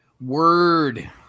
word